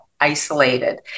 Isolated